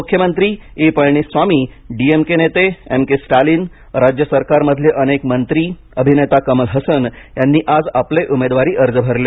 मुख्यमंत्री E Palaniswami DMK नेते M K Stalin राज्य सरकार मधले अनेक मंत्री अभिनेता कमल हसन यांनी आज आपले उमेदवारी अर्ज भरले